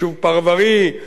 הוא יכול להיות יישוב עירוני,